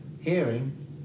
Hearing